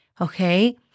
okay